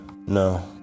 No